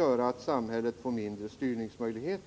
av samhällets möjligheter att styra utvecklingen.